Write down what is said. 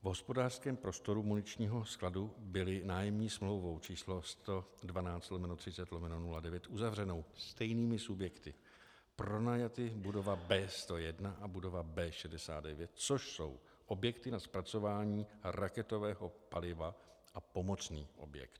V hospodářském prostoru muničního skladu byly nájemní smlouvou č. 112/30/09 uzavřenou stejnými subjekty pronajaty budova B101 a budova B69, což jsou objekty na zpracování raketového paliva a pomocný objekt.